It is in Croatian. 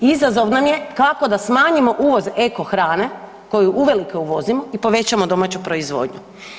Izazov nam je kako da smanjimo uvoz eko hrane koju uvelike uvozimo i povećamo domaću proizvodnju.